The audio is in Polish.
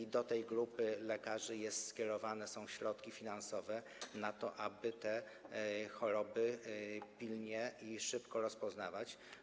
I do tej grupy lekarzy skierowane są środki finansowe na to, aby te choroby pilnie i szybko rozpoznawać.